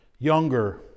Younger